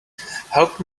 help